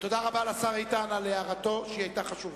לשר איתן על הערתו שהיתה חשובה.